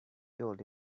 told